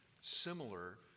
similar